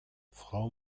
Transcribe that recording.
frau